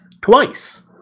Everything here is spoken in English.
twice